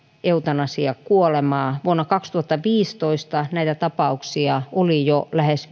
eutanasiakuolemaa vuonna kaksituhattaviisitoista näitä tapauksia oli jo lähes